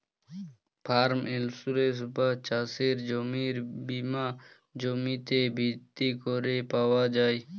farm insurance বা চাসের জমির বীমা জমিতে ভিত্তি ক্যরে পাওয়া যায়